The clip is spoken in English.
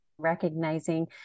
recognizing